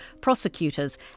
prosecutors